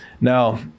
now